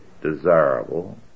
desirable